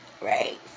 Right